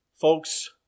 folks